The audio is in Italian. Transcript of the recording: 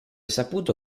saputo